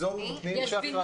הבינוי.